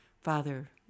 Father